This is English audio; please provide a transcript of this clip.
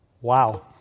Wow